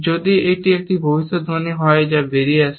যদি এটি একটি ভবিষ্যদ্বাণী হয় যা বেরিয়ে আসে